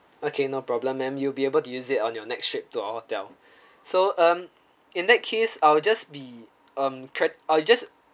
okay no problem ma'am you'll be able to use it on your next trip to our hotel so um in that case I'll just be um cred~ I'll just